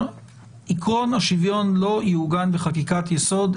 מביאים היום דווקא על רק חקיקת חוק הלאום,